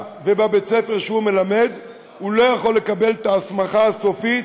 ובבית-הספר שהוא מלמד לא יכול לקבל את ההסמכה הסופית